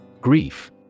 Grief